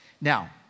Now